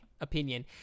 Opinion